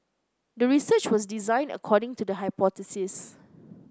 the research was designed according to the hypothesis